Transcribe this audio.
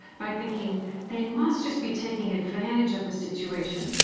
by thinking they must just be taking advantage of the situation,